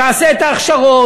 תעשה את ההכשרות,